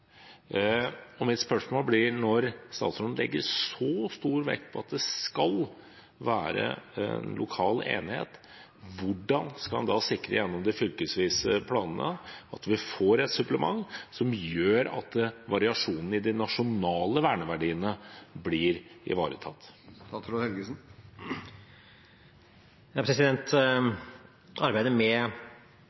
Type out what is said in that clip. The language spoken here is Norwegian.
og mitt spørsmål blir: Når statsråden legger så stor vekt på at det skal være lokal enighet, hvordan skal han da, gjennom de fylkesvise planene, sikre at vi får et supplement som gjør at variasjonene i de nasjonale verneverdiene blir